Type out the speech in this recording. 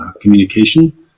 communication